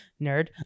Nerd